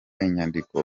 inyandiko